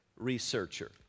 researcher